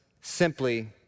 simply